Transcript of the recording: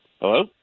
Hello